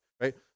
Right